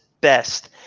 best